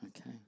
okay